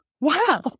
Wow